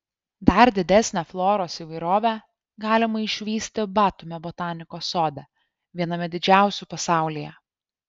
dar didesnę floros įvairovę galima išvysti batumio botanikos sode viename didžiausių pasaulyje